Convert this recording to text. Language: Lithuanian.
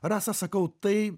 rasa sakau tai